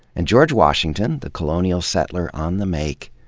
and george washington, the colonial settler on the make,